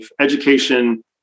education